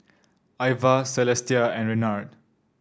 Ivah Celestia and Renard